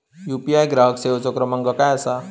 UPI ग्राहक सेवेचो क्रमांक काय असा?